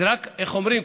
זה רק, איך אומרים?